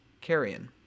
Carrion